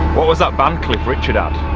what was that band cliff richard um